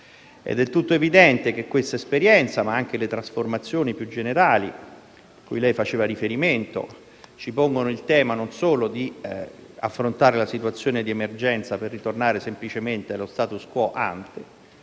È del tutto evidente che questa esperienza, ma anche le trasformazioni più generali a cui il senatore interrogante faceva riferimento, pongono il tema non solo di affrontare la situazione di emergenza, per tornare semplicemente allo *status quo ante*,